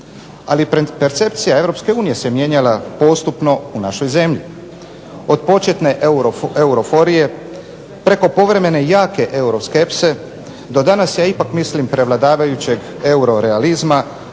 Ali percepcija Europske unije se mijenjala postupno u našoj zemlji, od početne euroforije, preko povremene jake euroskepse, do danas ja ipak mislim prevladavajućeg eurorealizma